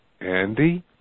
Andy